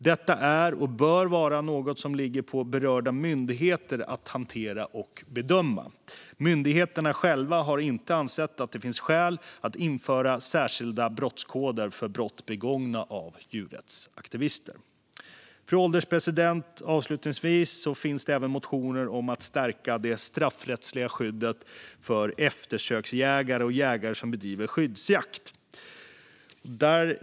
Detta är och bör vara något som ligger på berörda myndigheter att hantera och bedöma. Myndigheterna själva har inte ansett att det finns skäl att införa särskilda brottskoder för brott begångna av djurrättsaktivister. Fru ålderspresident! Det finns även motioner om att stärka det straffrättsliga skyddet för eftersöksjägare och jägare som bedriver skyddsjakt.